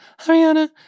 Ariana